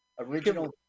Original